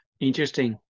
Interesting